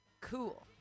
Cool